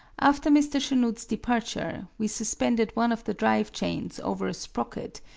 after mr. chanute's departure, we suspended one of the drive chains over a sprocket,